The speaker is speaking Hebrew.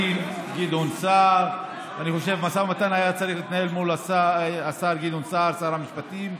גדעון סער, שר המשפטים,